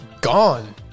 Gone